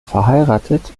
verheiratet